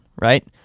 right